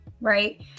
right